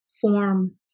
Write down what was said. form